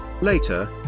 Later